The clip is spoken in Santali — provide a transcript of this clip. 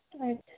ᱟᱪᱪᱷᱟ